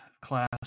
class